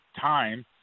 time